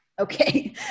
Okay